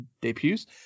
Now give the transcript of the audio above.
debuts